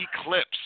Eclipse